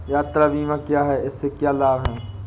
यात्रा बीमा क्या है इसके क्या लाभ हैं?